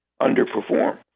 underperform